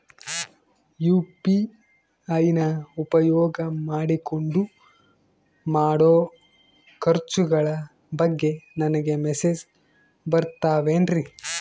UPI ನ ಉಪಯೋಗ ಮಾಡಿಕೊಂಡು ಮಾಡೋ ಖರ್ಚುಗಳ ಬಗ್ಗೆ ನನಗೆ ಮೆಸೇಜ್ ಬರುತ್ತಾವೇನ್ರಿ?